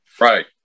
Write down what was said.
Right